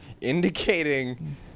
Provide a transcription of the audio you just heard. indicating